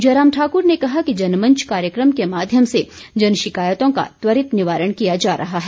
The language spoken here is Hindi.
जयराम ठाकुर ने कहा कि जनमंच कार्यक्रम के माध्यम से जन शिकायतों का त्वरित निवारण किया जा रहा है